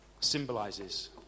symbolizes